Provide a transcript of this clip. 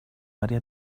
área